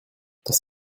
dass